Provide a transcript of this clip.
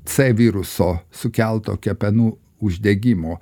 c viruso sukelto kepenų uždegimo